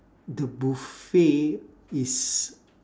the buffet is